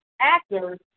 actors